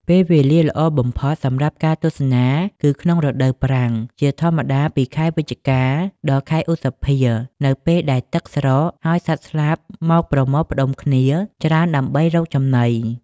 ពេលវេលាល្អបំផុតសម្រាប់ការទស្សនាគឺក្នុងរដូវប្រាំង ជាធម្មតាពីខែវិច្ឆិកា ដល់ខែឧសភា នៅពេលដែលទឹកស្រក ហើយសត្វស្លាបមកប្រមូលផ្តុំគ្នាច្រើនដើម្បីរកចំណី។